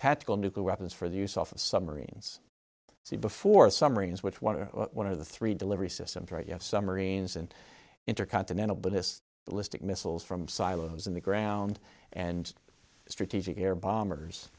tactical nuclear weapons for the use of submarines see before summary in which one or one of the three delivery systems right you have some marines and intercontinental ballistic listing missiles from silos in the ground and the strategic air bombers